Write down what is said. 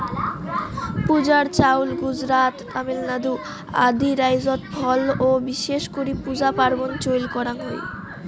পূজার চাউল গুজরাত, তামিলনাড়ু আদি রাইজ্যত ফল ও বিশেষ করি পূজা পার্বনত চইল করাঙ হই